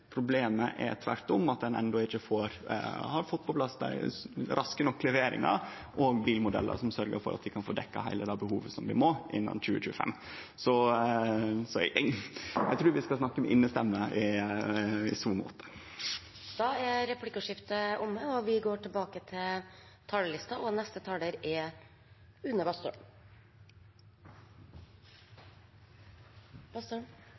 Problemet er tvert om at ein enno ikkje har fått på plass raske nok leveringar og bilmodellar som sørgjer for at vi kan få dekt heile det behovet som vi må, innan 2025. Så eg trur vi skal snakke med innestemme i så måte. Replikkordskiftet er omme. Som flere har vært innom, har dette året stått i klima- og